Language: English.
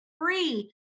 free